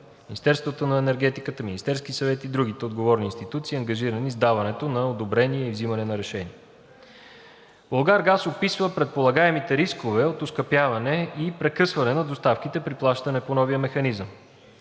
Министерството на енергетиката, Министерския съвет и другите отговорни институции, ангажирани с даването на одобрение или вземане на решение; - „Булгаргаз“ описва предполагаемите рискове от оскъпяване и прекъсване на доставките при плащане по новия механизъм.